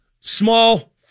small